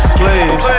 please